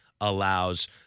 allows